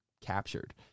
captured